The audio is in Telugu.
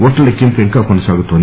ఓట్ల లెక్కింపు ఇంకా కొనసాగుతోంది